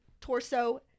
torso